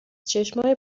چشمای